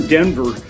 Denver